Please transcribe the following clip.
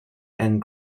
and